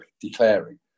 declaring